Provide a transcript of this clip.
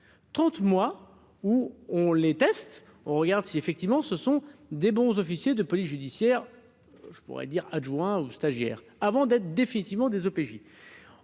30 mois où on les teste, on regarde si effectivement ce sont des bons officiers de police judiciaire, je pourrais dire adjoint ou stagiaire avant d'être définitivement des OPJ,